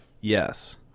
Yes